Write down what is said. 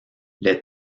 les